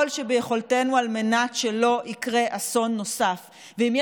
שביכולתנו על מנת שלא יקרה אסון נוסף.